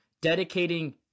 dedicating